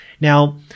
Now